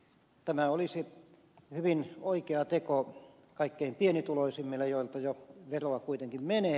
tämä olisi hyvin oikea teko kaikkein pienituloisimmille joilta jo veroa kuitenkin menee